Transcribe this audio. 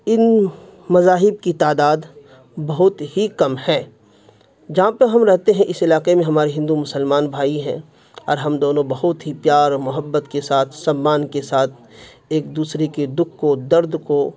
ان مذاہب کی تعداد بہت ہی کم ہے جہاں پہ ہم رہتے ہیں اس علاقے میں ہمارے ہندو مسلمان بھائی ہیں اور ہم دونوں بہت ہی پیار و محبت کے ساتھ سمان کے ساتھ ایک دوسرے کے دکھ کو درد کو